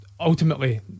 Ultimately